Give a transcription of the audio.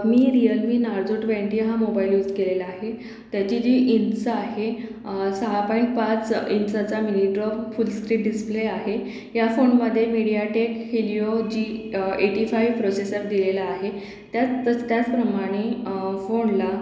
मी Realme Narzo twenty हा mobile use केलेला आहे त्याची जी इंच आहे सहा पाईण पाच इंचाचा mini drop full screen display आहे या फोनमध्ये MediaTek Helio G eighty five processor दिलेला आहे त्यातच त्याचप्रमाणे फोनला